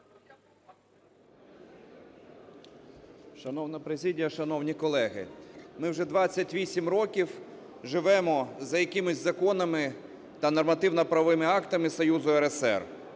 Шановна президія, шановні колеги, ми вже 28 років живемо за якимось законами та нормативно-правовими актами Союзу РСР.